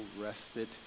respite